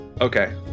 Okay